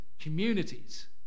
communities